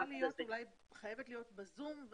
היא חייבת להיות ב-זום.